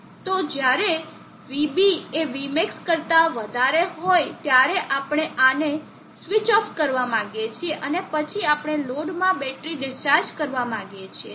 તો જ્યારે vB એ vmax કરતા વધારે હોય ત્યારે આપણે આને સ્વીચ ઓફ કરવા માગીએ છીએ અને પછી આપણે લોડમાં બેટરી ડિસ્ચાર્જ કરવા માંગીએ છીએ